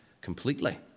completely